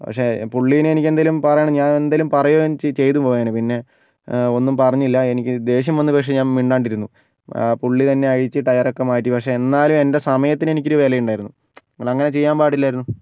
പക്ഷേ പുള്ളിനെ എനിക്കെന്തെങ്കിലും പറയണം ഞാൻ എന്തെങ്കിലും പറയുവേം ചെയ്തുപോയേനെ പിന്നെ ഒന്നും പറഞ്ഞില്ല എനിക്ക് ദേഷ്യം വന്നു പക്ഷേ ഞാൻ മിണ്ടാണ്ടിരുന്നു പുള്ളി തന്നെ അഴിച്ച് ടയർ ഒക്കെ മാറ്റി പക്ഷേ എന്നാലും എൻ്റെ സമയത്തിന് എനിക്കൊരു വിലയുണ്ടായിരുന്നു നമ്മൾ അങ്ങനെ ചെയ്യാൻ പാടില്ലായിരുന്നു